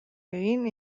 egin